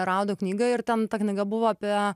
raudo knygą ir ten ta knyga buvo apie